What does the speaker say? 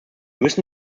müssen